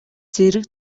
зэрэг